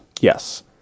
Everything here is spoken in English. Yes